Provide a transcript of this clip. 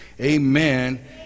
amen